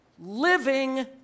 Living